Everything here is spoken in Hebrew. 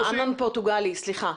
סליחה.